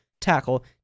tackle